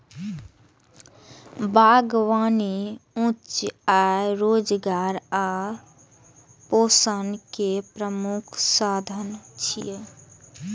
बागबानी उच्च आय, रोजगार आ पोषण के प्रमुख साधन छियै